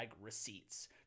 receipts